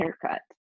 haircut